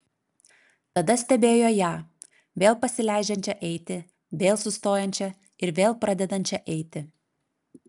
tada stebėjo ją vėl pasileidžiančią eiti vėl sustojančią ir vėl pradedančią eiti